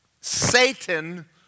Satan